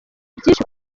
byinshi